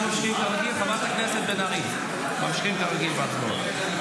חברת הכנסת בן ארי, ממשיכים כרגיל בהצבעות.